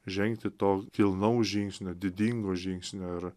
žengti to kilnaus žingsnio didingo žingsnio ar